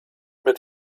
mit